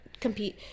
compete